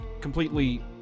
completely